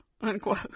unquote